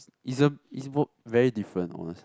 it's it's a it's very different honest